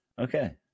Okay